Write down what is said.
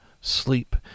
sleep